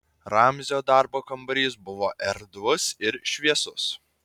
ramzio darbo kambarys buvo erdvus ir šviesus